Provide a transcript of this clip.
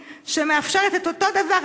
שמאפשרת את אותו הדבר,